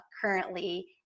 currently